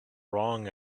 wrong